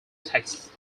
texts